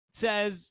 Says